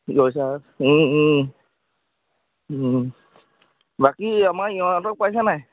বাকী আমাৰ ইহঁতক পাইছা নাই